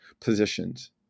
positions